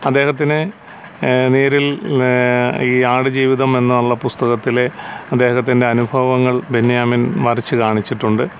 അദ്ദേഹത്തിന് നേരിൽ ഈ ആടുജീവിതം എന്നുള്ള പുസ്തകത്തിലെ അദ്ദേഹത്തിൻ്റെ അനുഭവങ്ങൾ ബെന്യാമിൻ വരച്ചു കാണി ച്ചിട്ടുണ്ട്